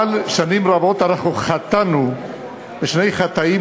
אבל שנים רבות אנחנו חטאנו בשני חטאים